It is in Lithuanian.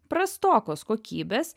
prastokos kokybės